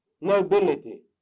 nobility